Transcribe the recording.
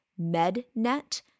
mednet